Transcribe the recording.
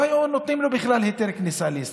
לא היו נותנים לו בכלל היתר כניסה לישראל.